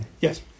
Yes